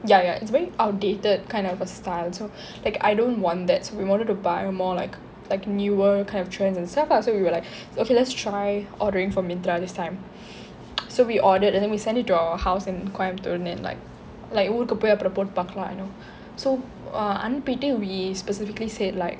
ya ya it's very outdated kind of a styles so like I don't want that so we wanted to buy more like like newer kind of trends and stuff lah so we were like okay let's try ordering from myntra this time so we ordered and then we sent it to our house in coimbatore and like ஊருக்கு போய் அப்பறோம் போட்டு பாத்துக்கலாம்:oorukku poi approm pottu paaathukkalam so uh அனுப்பிட்டு:anuppittu we specifically said like